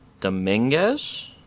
Dominguez